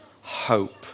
hope